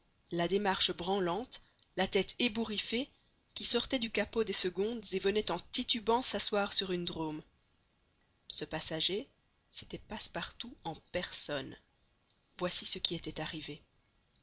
la démarche branlante la tête ébouriffée qui sortait du capot des secondes et venait en titubant s'asseoir sur une drome ce passager c'était passepartout en personne voici ce qui était arrivé